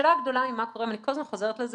השאלה הגדולה היא מה קורה אני כל הזמן חוזרת על זה